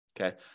Okay